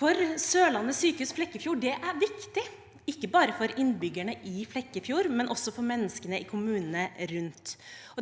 dag. Sørlandet sykehus Flekkefjord er viktig, ikke bare for innbyggerne i Flekkefjord, men også for menneskene i kommunene rundt.